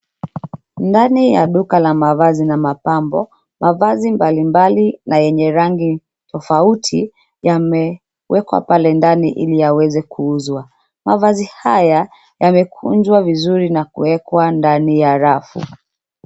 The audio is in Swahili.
Ndani ya duka la mavazi na mapambo, mavazi mbalimbali na yenye rangi tofauti yamewekwa pale ndani ili yaweze kuuzwa. Mavazi haya yamekunjwa vizuri na kuwekwa ndani ya rafu.